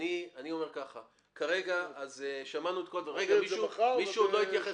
מישהו עוד לא התייחס?